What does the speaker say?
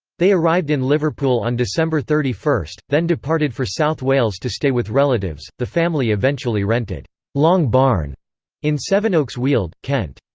they arrived in liverpool on december thirty one, then departed for south wales to stay with relatives the family eventually rented long barn in sevenoaks weald, kent.